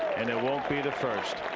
and it wont be the first.